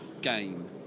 game